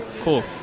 Cool